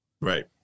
Right